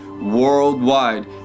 worldwide